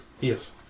Yes